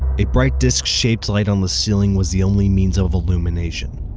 a bright, disc-shaped light on the ceiling was the only means of illumination.